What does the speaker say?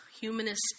humanist